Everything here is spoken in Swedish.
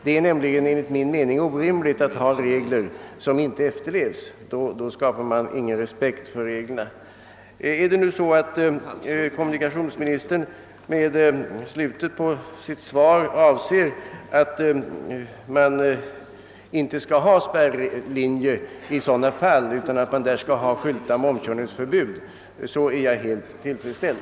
Det är enligt min mening orimligt att ha regler som inte efterlevs; därigenom skapas ingen respekt för reglerna. Avser nu kommunikationsministern med den sista delen av svaret, att det i sådana fall inte skall finnas spärrlinje, utan skyltar med omkörningsförbud, är jag helt tillfredsställd.